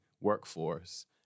workforce